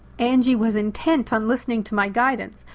angie was intent on listening to my guidance,